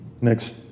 Next